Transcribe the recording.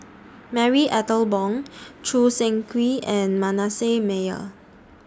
Marie Ethel Bong Choo Seng Quee and Manasseh Meyer